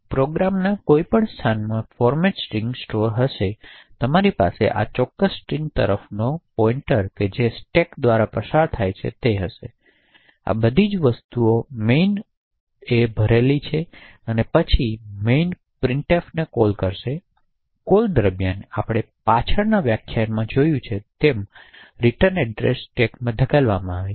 છે પ્રોગ્રામના કોઈ સ્થાનમાં ફોર્મેટ્સ સ્ટ્રિંગ સ્ટોર હશે અને તમારી પાસે આ ચોક્કસ સ્ટ્રિંગ તરફનો પોઈંટર જે સ્ટેક દ્વારા પસાર થાય છે તે હશે તેથી આ બધી વસ્તુઓ મેઇન એ ભરેલી છે અને પછી મેઇન પ્રિન્ટફ ને કોલ કરશે કોલ દરમિયાન આપણે પાછલા વ્યાખ્યાનોમાં જોયું છે તેમ વળતર સરનામું સ્ટેકમાં ધકેલવામાં આવે છે